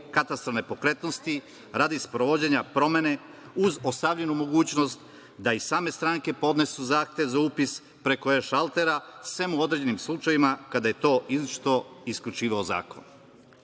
katastar nepokretnosti radi sprovođenja promene, uz ostavljenu mogućnost da i same stranke podnesu zahtev za upis preko e-šalter, sem u određenim slučajevima kada je to izričito isključivao zakon. Ovakva